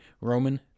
Roman